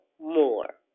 more